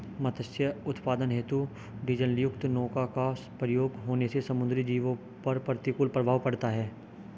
मत्स्य उत्पादन हेतु डीजलयुक्त नौका का प्रयोग होने से समुद्री जीवों पर प्रतिकूल प्रभाव पड़ता है